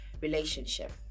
relationship